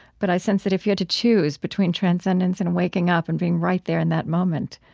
but i sense that, if you had to choose between transcendence and waking up and being right there in that moment,